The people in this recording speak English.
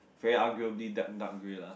very arguably dark dark grey lah